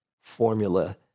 formula